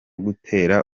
gutera